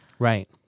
Right